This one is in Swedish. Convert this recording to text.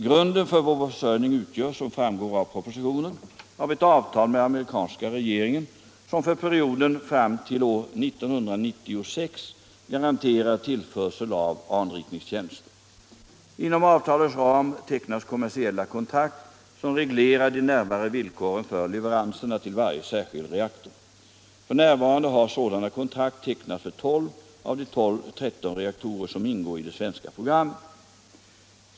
Grunden för vår försörjning utgörs, som framgår av propositionen, av ett avtal med amerikanska regeringen Om uranförsör som för perioden fram till år 1996 garanterar tillförsel av anriknings = ningen tjänster. Inom avtalets ram tecknas kommersiella kontrakt som reglerar de närmare villkoren för leveranserna till varje särskild reaktor. F.n. har sådana kontrakt tecknats för 12 av de 13 reaktorer som ingår i det svenska programmet.